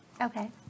Okay